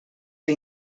que